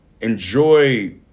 enjoy